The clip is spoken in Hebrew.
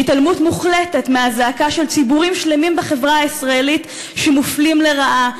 בהתעלמות מוחלטת מהזעקה של ציבורים שלמים בחברה הישראלית שמופלים לרעה,